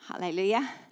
Hallelujah